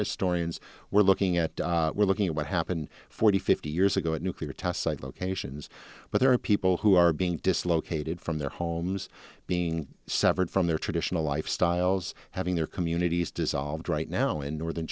historians we're looking at we're looking at what happened forty fifty years ago at a nuclear test site locations but there are people who are being dislocated from their homes being severed from their traditional lifestyles having their communities dissolved right now in northern